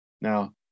Now